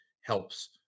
helps